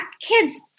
kids